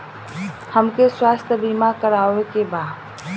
हमके स्वास्थ्य बीमा करावे के बा?